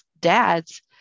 dads